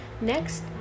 Next